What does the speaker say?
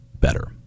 better